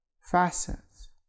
facets